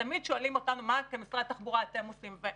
תמיד שואלים אותנו: מה אתם, משרד התחבורה, עושים?